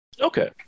Okay